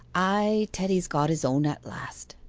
ay, teddy's got his own at last.